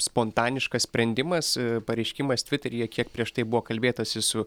spontaniškas sprendimas pareiškimas tviteryje kiek prieš tai buvo kalbėtasi su